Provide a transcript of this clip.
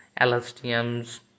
LSTMs